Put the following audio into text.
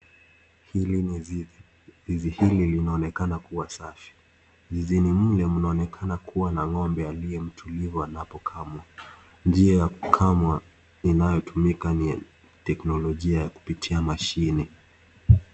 Hili ni zizi. Zizi hili linaonekana kuwa safi. Zizini mle mnaonekana kuwa na ng'ombe aliye mtulivu anapokamwa. Njia ya kukamwa inayotumika ni ya teknolojia ya kupitia mashine.